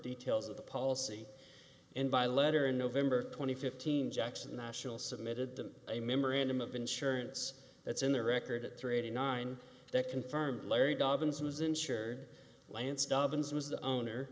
details of the policy and by letter in november twenty fifth jackson national submitted them a memorandum of insurance that's in their record at three eighty nine that confirmed larry dobbins was insured lance dobbins was the owner